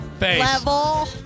level